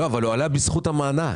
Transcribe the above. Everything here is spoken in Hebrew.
אבל הוא ענה בזכות המענק.